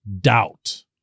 doubt